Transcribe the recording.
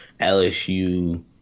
LSU